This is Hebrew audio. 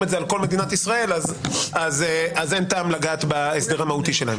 את זה על כל מדינת ישראל אז אין טעם לגעת בהסדר המהותי שלהם.